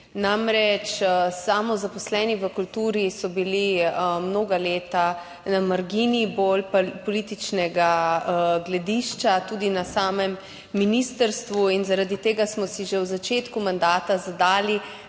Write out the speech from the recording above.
Namreč, samozaposleni v kulturi so bili mnoga leta na margini političnega gledišča tudi na samem ministrstvu in zaradi tega smo si že na začetku mandata zadali,